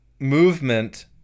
movement